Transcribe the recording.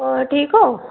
होर ठीक ओ